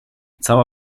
cała